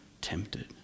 tempted